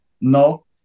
No